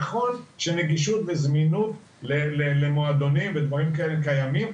נכון שנגישות וזמינות למועדונים ודברים כאלה קיימים,